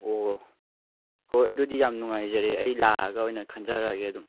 ꯑꯣ ꯍꯣꯏ ꯑꯗꯨꯗꯤ ꯌꯥꯝ ꯅꯨꯡꯉꯥꯏꯖꯔꯦ ꯑꯩ ꯂꯥꯛꯑꯒ ꯑꯣꯏꯅ ꯈꯟꯖꯔꯒꯦ ꯑꯗꯨꯝ